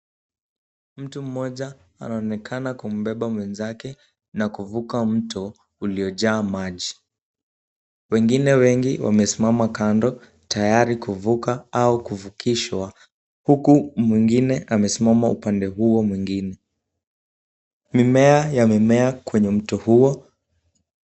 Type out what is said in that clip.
Mtu mmoja anaonekana kumbeba mwenzake na kuvuka mto uliojaa maji. Wengine wengi wamesimama kando tayari kuvuka au kuvukishwa huku mwingine amesimama upande huo mwingine. Mimea yamemea kwenye mto huo.